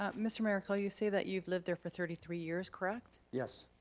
um mr. miracle, you say that you've lived there for thirty three years, correct? yes.